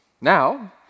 Now